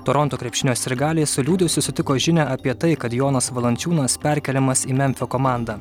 toronto krepšinio sirgaliai su liūdesiu sutiko žinią apie tai kad jonas valančiūnas perkeliamas į memfio komandą